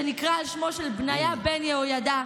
שנקרא על שמו של בניה בן יהוידע,